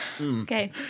Okay